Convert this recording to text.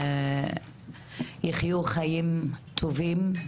יחיו חיים טובים,